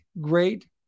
great